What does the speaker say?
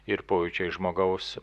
ir pojūčiai žmogaus